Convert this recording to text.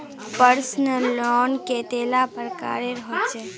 Personal loan कतेला प्रकारेर होचे?